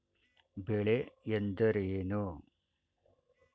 ಬೆಳೆ ಎಂದರೇನು?